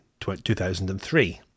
2003